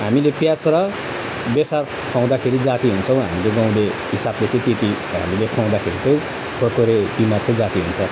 हामीले प्याज र बेसार खुवाउँदाखेरि जाती हुन्छौँ हामीले गाउँले हिसाबले चाहिँ त्यति हामीले खुवाउँदाखेरि चाहिँ खोरखोरे बिमार चाहिँ जाती हुन्छ